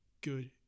good